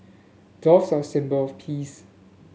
doves are a symbol of peace